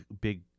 big